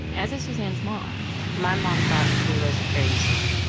as is suzanne's mom my mom thought he was crazy.